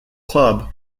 club